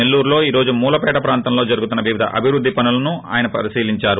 నెల్లూరు లో ఈ రోజు మూలపేట ప్రాంతంలో జరుగుతున్న వివిధ అభివృద్ది పనులను ఆయన పరిశీలించారు